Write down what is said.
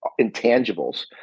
intangibles